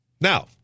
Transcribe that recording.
Now